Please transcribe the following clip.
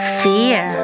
fear